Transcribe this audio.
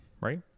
right